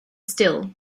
still